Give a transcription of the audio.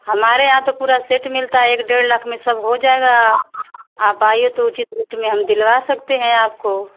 हमारे यहाँ तो पूरा सेट मिलता है एक डेढ़ लाख में सब हो जाएगा आप आइए तो उचित रेट में हम दिलवा सकते हैं आपको